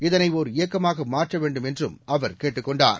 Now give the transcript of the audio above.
இதனைஒர் இயக்கமாகமாற்றவேண்டும் என்றும் அவர் கேட்டுக்கொண்டார்